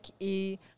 et